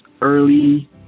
early